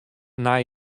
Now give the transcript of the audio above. nei